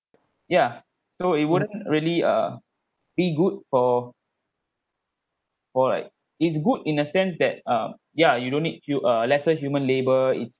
ya so it wouldn't really uh be good for like it's good in a sense that uh ya you don't need you uh lesser human labour it's